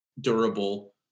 durable